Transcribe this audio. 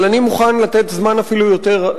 אבל אני מוכן לתת אפילו זמן רב יותר.